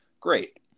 Great